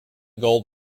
gold